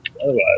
otherwise